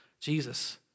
Jesus